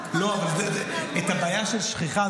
מה כבר --- הבעיה של שכחה,